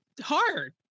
hard